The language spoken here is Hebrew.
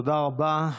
תודה רבה.